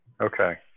Okay